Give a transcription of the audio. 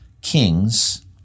kings